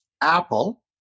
Apple